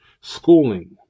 Schooling